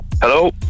Hello